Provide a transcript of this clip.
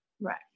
Right